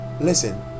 Listen